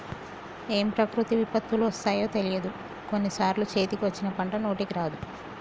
ఏం ప్రకృతి విపత్తులు వస్తాయో తెలియదు, కొన్ని సార్లు చేతికి వచ్చిన పంట నోటికి రాదు